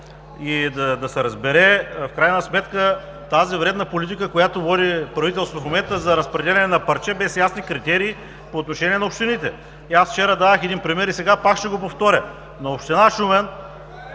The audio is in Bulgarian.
да се разбере в крайна сметка, тази вредна политика, която води правителството в момента, за разпределяне на парче без ясни критерии по отношение на общините. Вчера дадох един пример и сега пак ще го повторя. На община Шумен